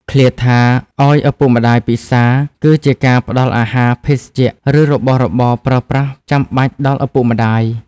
ឃ្លាថា ឲ្យឪពុកម្តាយពិសារ គឺជាការផ្តល់អាហារ ភេសជ្ជៈ ឬរបស់របរប្រើប្រាស់ចាំបាច់ដល់ឪពុកម្តាយ។